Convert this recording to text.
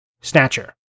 Snatcher